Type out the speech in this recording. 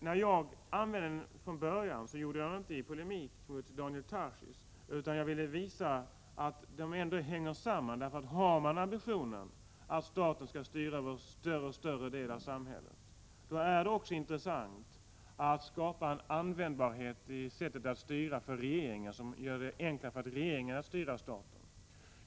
Det var inte min avsikt att polemisera mot Daniel Tarschys, utan jag ville visa att detta hänger samman. Har man ambitionen att staten skall styra över större och större del av samhället, då är det också intressant att skapa en användbarhet i sättet att styra för regeringen som gör det enklare för regeringen att styra staten.